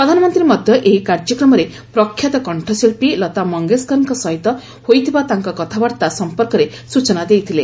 ପ୍ରଧାନମନ୍ତ୍ରୀ ମଧ୍ୟ ଏହି କାର୍ଯ୍ୟକ୍ରମରେ ପ୍ରଖ୍ୟାତ କଣ୍ଠଶିଳ୍ପୀ ଲତା ମଙ୍ଗେସ୍କରଙ୍କ ସହିତ ହୋଇଥିବା ତାଙ୍କ କଥାବାର୍ତ୍ତା ସଂପର୍କରେ ସୂଚନା ଦେଇଥିଲେ